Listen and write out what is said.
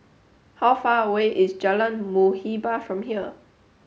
how far away is Jalan Muhibbah from here